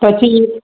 પછી